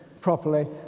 properly